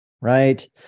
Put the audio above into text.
Right